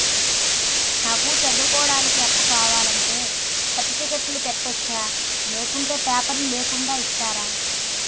నాకు చదువుకోవడానికి అప్పు కావాలంటే సర్టిఫికెట్లు పెట్టొచ్చా లేకుంటే పేపర్లు లేకుండా ఇస్తరా?